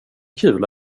kul